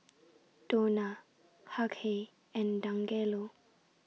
Donna Hughey and Dangelo